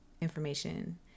information